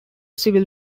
civil